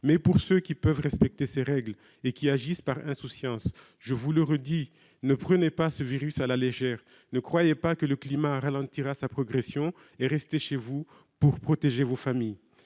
Mais à ceux qui peuvent respecter ces règles et qui agissent par insouciance, je le redis : ne prenez pas ce virus à la légère, ne croyez pas que le climat ralentira sa progression et restez chez vous pour protéger vos familles